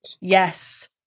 Yes